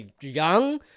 young